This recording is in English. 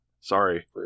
sorry